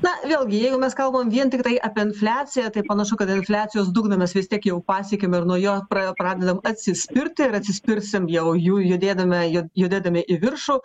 na vėlgi jeigu mes kalbam vien tiktai apie infliaciją tai panašu kad infliacijos dugną mes vis tiek jau pasiekėm ir nuo jo praėjo pradedam atsispirti ir atsispirsim jau jų judėdami ju judėdami į viršų